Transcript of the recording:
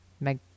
Meg